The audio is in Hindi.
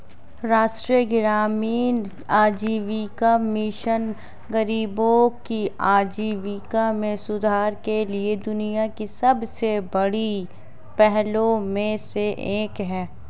राष्ट्रीय ग्रामीण आजीविका मिशन गरीबों की आजीविका में सुधार के लिए दुनिया की सबसे बड़ी पहलों में से एक है